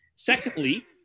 Secondly